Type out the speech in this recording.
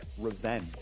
revenge